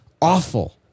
awful